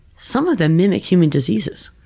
some of them mimic human diseases.